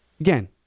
again